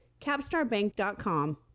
capstarbank.com